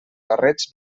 barrets